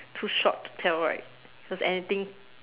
too short to tell right because anything